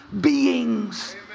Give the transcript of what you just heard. beings